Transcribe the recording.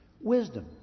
wisdom